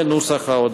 זה נוסח ההודעה.